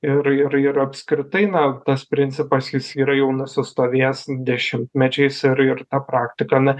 ir ir ir apskritai na tas principas jis yra jau nusistovėjęs dešimtmečiais ir ir ta praktika na